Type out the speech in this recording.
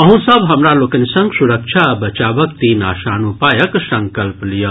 अहूँ सब हमरा लोकनि संग सुरक्षा आ बचावक तीन आसान उपायक संकल्प लियऽ